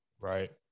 Right